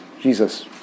Jesus